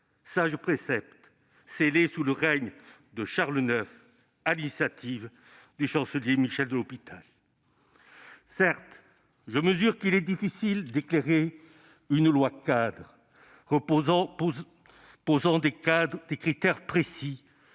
sage précepte scellé sous le règne de Charles IX, sur l'initiative du chancelier Michel de L'Hospital. Il est certes difficile d'élaborer une loi-cadre posant des critères précis